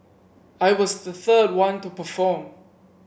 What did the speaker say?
I was the third one to perform